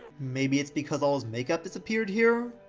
maybe it's because all his makeup disappeared here?